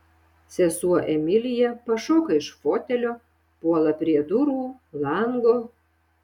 sesuo emilija pašoka iš fotelio puola prie durų lango